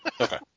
okay